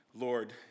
Lord